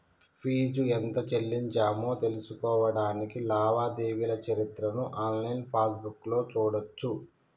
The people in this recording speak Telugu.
ఫీజు ఎంత చెల్లించామో తెలుసుకోడానికి లావాదేవీల చరిత్రను ఆన్లైన్ పాస్బుక్లో చూడచ్చు